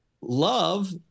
Love